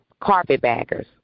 carpetbaggers